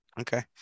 Okay